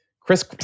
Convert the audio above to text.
Chris